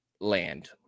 land